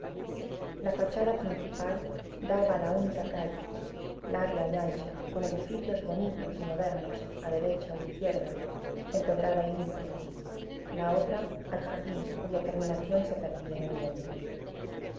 la fachada principal daba a la única calle larga y ancha con edificios bonitos y modernos a derecha o izquierda empedrada y limpia la otra al jardín cuya terminación se perdía en el monte